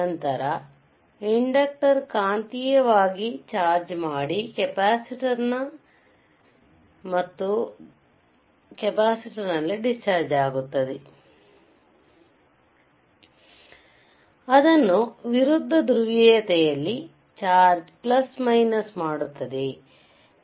ನಂತರ ಇಂಡಕ್ಟರ್ ಕಾಂತೀಯವಾಗಿ ಚಾರ್ಜ್ ಮಾಡಿ ಕೆಪಾಸಿಟರ್ ಗೆ ಮತ್ತೆ ಡಿಸ್ ಚಾರ್ಜ್ ಆಗುತ್ತದೆ ಅದನ್ನು ವಿರುದ್ಧ ಧ್ರುವೀಯತೆಯಲ್ಲಿ ಚಾರ್ಜ್ ಮಾಡುತ್ತದೆ